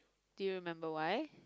do you remember why